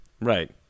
Right